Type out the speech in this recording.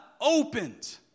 Opened